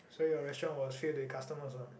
so your restaurant will fill that customer lah